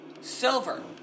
silver